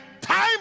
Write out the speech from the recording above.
time